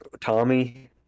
Tommy